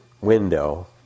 window